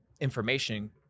information